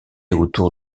autour